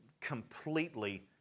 completely